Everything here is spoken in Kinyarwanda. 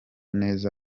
neza